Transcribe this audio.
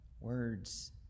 Words